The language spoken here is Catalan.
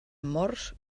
morts